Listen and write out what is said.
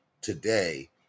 today